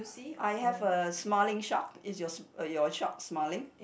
I have a smiling shark is your your shark smiling